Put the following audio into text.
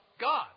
God